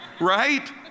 Right